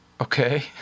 Okay